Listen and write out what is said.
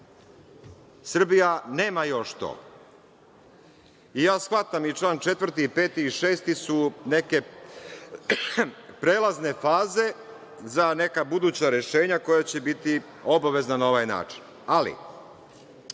Srbija nema još to. Ja shvatam i član 4, 5. i 6. su neke prelazne faze za neka buduća rešenja koja će biti obavezna na ovaj način. Ali,